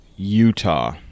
Utah